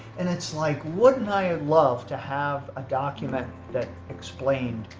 and it's like, wouldn't i ah love to have a document that explained,